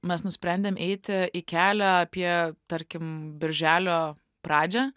mes nusprendėm eiti į kelią apie tarkim birželio pradžią